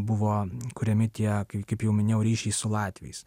buvo kuriami tie kaip jau minėjau ryšiai su latviais